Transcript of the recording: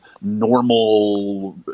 normal